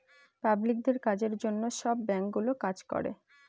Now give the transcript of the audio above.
পাবলিকদের কাজের জন্য সব ব্যাঙ্কগুলো কাজ করে